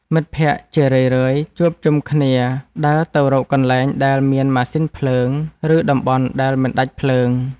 មិត្តភក្តិជារឿយៗជួបជុំគ្នាដើរទៅរកកន្លែងដែលមានម៉ាស៊ីនភ្លើង ឬតំបន់ដែលមិនដាច់ភ្លើង។